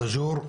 סאג'ור,